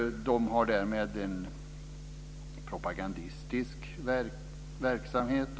De har därmed en propagandistisk verksamhet.